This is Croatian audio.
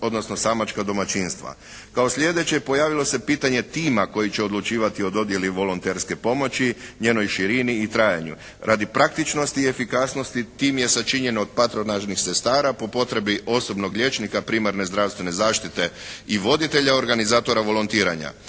odnosno samačka domaćinstva. Kao sljedeće pojavilo se pitanje tima koji će odlučivati o dodjeli volonterske pomoći, njenoj širini i trajanju. Radi praktičnosti i efikasnosti tim je sačinjen od patronažnih sestara. Po potrebi osobnog liječnika primarne zdravstvene zaštite i voditelja organizatora volontiranja